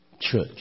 Church